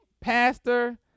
pastor